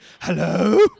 Hello